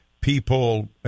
people –